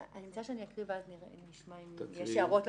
אני מציעה שאני אקריא ואז נשמע אם יש הערות.